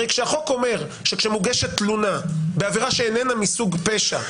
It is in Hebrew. הרי כשהחוק אומר שכשמוגשת תלונה בעבירה שאיננה מסוג פשע,